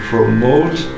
promote